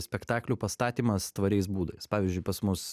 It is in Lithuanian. spektaklių pastatymas tvariais būdais pavyzdžiui pas mus